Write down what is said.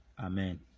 amen